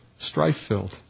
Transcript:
strife-filled